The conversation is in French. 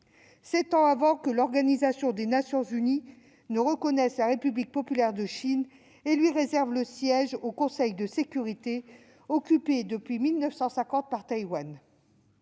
sept ans avant que l'Organisation des Nations unies ne reconnaisse la République populaire de Chine et lui réserve le siège au Conseil de sécurité occupé depuis 1950 par Taïwan.